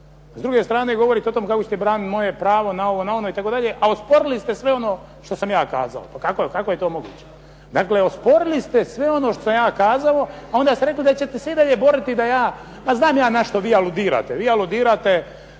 S druge strane govorite o tome kako ćete braniti moje pravo na ovo, na ono itd., a osporili ste sve ono što sam ja kazao. Pa kako je to moguće? Dakle, osporili ste sve ono što sam ja kazao, a onda ste rekli da ćete se i dalje boriti da ja, a ja znam na što vi aludirate? Vi aludirate